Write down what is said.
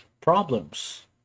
problems